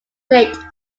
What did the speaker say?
late